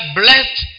blessed